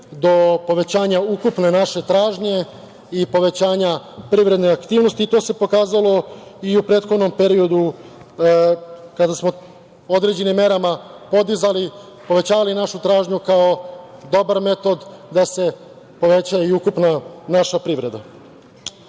do povećanja ukupne naše tražnje i povećanja privredne aktivnosti. To se pokazalo i u prethodnom periodu kada smo određenim merama povećavali našu tražnju kao dobar metod da se poveća i ukupna naša